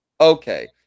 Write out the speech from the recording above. okay